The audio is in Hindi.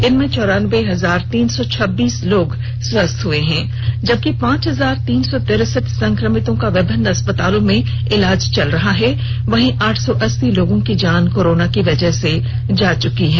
इनमें चौरान्बे हजार तीन सौ छब्बीस लोग स्वस्थ हो चुके हैं जबकि पांच हजार तीन सौ तिरसठ संक्रमितों का विभिन्न अस्पतालों में इलाज चल रहा है वहीं आठ सौ अस्सी लोगों की जान कोरोना की वजह से जा चुकी है